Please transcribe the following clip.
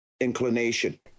inclination